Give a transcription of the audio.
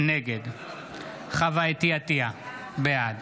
נגד חוה אתי עטייה, בעד